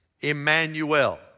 Emmanuel